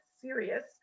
serious